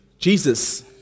Jesus